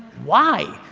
why,